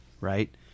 right